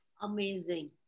Amazing